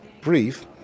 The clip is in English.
brief